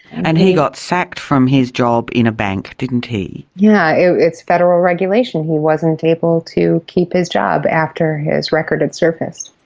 and he got sacked from his job in a bank, didn't he. yeah it's federal regulation, he wasn't able to keep his job after his record had and surfaced.